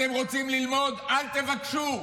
אתם רוצים ללמוד, אל תבקשו.